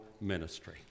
ministry